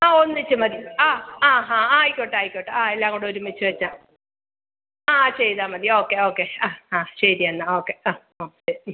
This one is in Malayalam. ആ ഒന്നിച്ച് മതി ആ ആ ഹാ ആയിക്കോട്ടെ ആയിക്കോട്ടെ ആ എല്ലാം കൂടെ ഒരുമിച്ച് വച്ചോ ആ ചെയ്താൽ മതി ഓക്കെ ഓക്കെ ആ ആ ശരി എന്നാൽ ഓക്കെ ആ ഓ ശരി